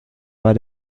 war